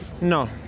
No